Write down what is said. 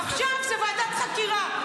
עכשיו זה ועדת חקירה.